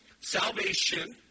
Salvation